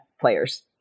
players